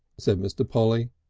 said mr. polly.